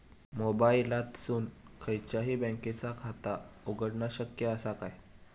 मोबाईलातसून खयच्याई बँकेचा खाता उघडणा शक्य असा काय?